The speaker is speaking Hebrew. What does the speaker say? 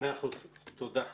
מאה אחוז, תודה.